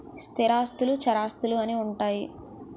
స్థిరాస్తులు చరాస్తులు అని ఉంటాయి